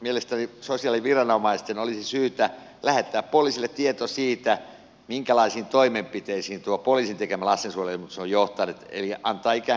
mielestäni sosiaaliviranomaisten olisi syytä lähettää poliisille tieto siitä minkälaisiin toimenpiteisiin poliisin tekemä lastensuojeluilmoitus on johtanut eli antaa ikään kuin palautetta